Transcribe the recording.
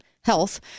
health